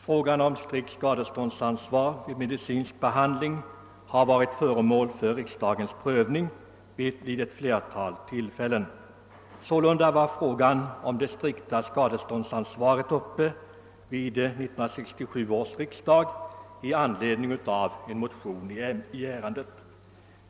Frågan om strikt skadeståndsansvar vid medicinsk behandling har varit föremål för riksdagens prövning vid flera tillfällen. Sålunda var spörsmålet om det strikta skadeståndsansvaret uppe vid 1967 års riksdag i anledning av en motion i ärendet.